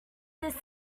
this